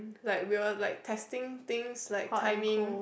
like we're like testing things like timing